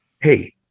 Hey